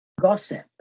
gossip